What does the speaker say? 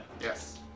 Yes